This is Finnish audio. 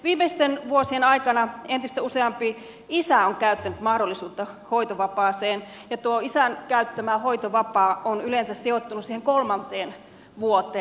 viimeisten vuosien aikana entistä useampi isä on käyttänyt mahdollisuutta hoitovapaaseen ja tuo isän käyttämä hoitovapaa on yleensä sijoittunut siihen kolmanteen vuoteen